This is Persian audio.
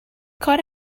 کار